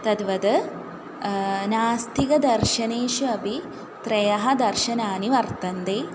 तद्वद् नास्तिकदर्शनेषु अपि त्रयः दर्शनानि वर्तन्ते